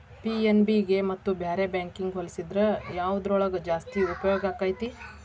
PNB ಗೆ ಮತ್ತ ಬ್ಯಾರೆ ಬ್ಯಾಂಕಿಗ್ ಹೊಲ್ಸಿದ್ರ ಯವ್ದ್ರೊಳಗ್ ಜಾಸ್ತಿ ಉಪ್ಯೊಗಾಕ್ಕೇತಿ?